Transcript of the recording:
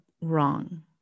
wrong